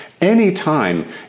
Anytime